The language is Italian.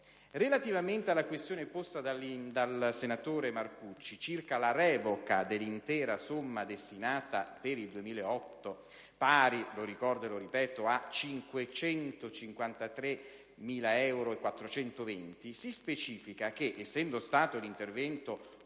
Relativamente alla questione posta dal senatore Marcucci circa la revoca dell'intera somma destinata per il 2008, pari a 553.420 euro, si specifica che, essendo stato l'intervento